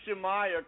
Shemaya